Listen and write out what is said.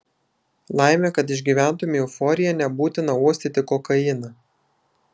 laimė kad išgyventumei euforiją nebūtina uostyti kokainą